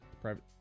private